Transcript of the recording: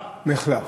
מֶחלָף.